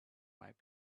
might